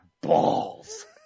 balls